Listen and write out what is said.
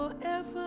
forever